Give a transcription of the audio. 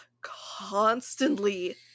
constantly